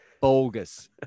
bogus